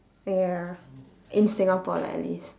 ya in singapore lah at least